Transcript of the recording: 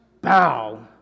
Bow